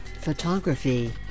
photography